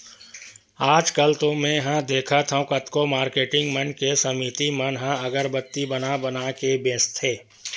आजकल तो मेंहा देखथँव कतको मारकेटिंग मन के समिति मन ह अगरबत्ती बना बना के बेंचथे